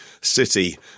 city